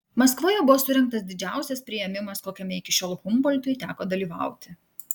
maskvoje buvo surengtas didžiausias priėmimas kokiame iki šiol humboltui teko dalyvauti